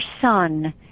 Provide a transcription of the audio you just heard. son